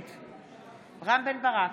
נגד רם בן ברק,